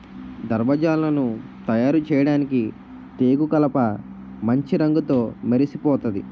దర్వాజలను తయారుచేయడానికి టేకుకలపమాంచి రంగుతో మెరిసిపోతాది